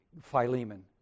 Philemon